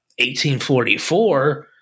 1844